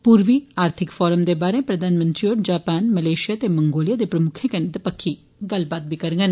पूर्वी आर्थिक फोरम दे बाहरें प्रधानमंत्री होर जापान मलेषिया ते मंगोलिया दे प्रमुक्खें कन्नै दवक्खी गल्लबात करंडन